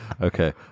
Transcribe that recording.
Okay